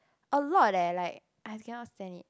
a lot eh like I cannot stand it